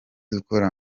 ukora